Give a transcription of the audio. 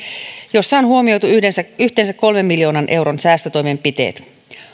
on huomioitu yhteensä yhteensä kolmen miljoonan euron säästötoimenpiteet